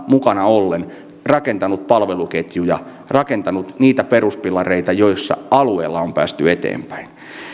mukana ollen rakentaneet palveluketjuja rakentaneet niitä peruspilareita joilla alueella on päästy eteenpäin